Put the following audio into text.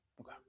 okay